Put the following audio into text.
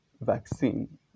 vaccine